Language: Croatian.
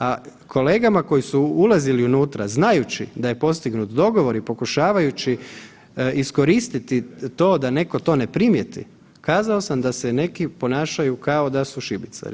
A kolegama koji su ulazili unutra znajući da je postignut dogovor i pokušavajući iskoristiti to da netko to ne primijeti kazao sam da se neki ponašaju kao da su šibicari.